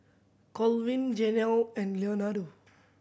Colvin Jenelle and Leonardo